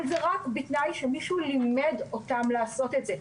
אבל זה רק בתנאי שמישהו לימד אותם לעשות את זה.